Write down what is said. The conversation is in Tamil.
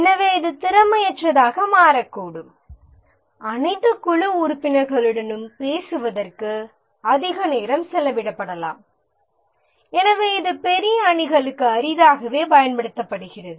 எனவே இது திறமையற்றதாக மாறக்கூடும் அனைத்து குழு உறுப்பினர்களுடனும் பேசுவதற்கு அதிக நேரம் செலவிடப்படலாம் எனவே இது பெரிய அணிகளுக்கு அரிதாகவே பயன்படுத்தப்படுகிறது